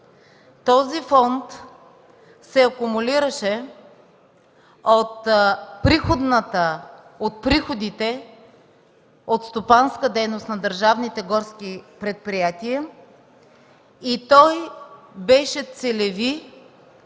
Този фонд се акумулираше от приходите от стопанска дейност на държавните горски предприятия. Той беше целеви